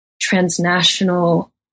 transnational